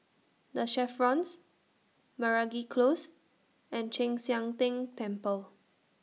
The Chevrons Meragi Close and Chek Sian Tng Temple